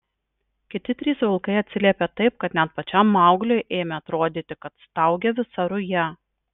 kiti trys vilkai atsiliepė taip kad net pačiam maugliui ėmė atrodyti kad staugia visa ruja